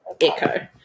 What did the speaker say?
echo